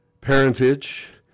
parentage